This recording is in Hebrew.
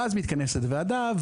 ואז מתכנסת ועדה,